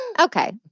Okay